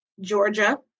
Georgia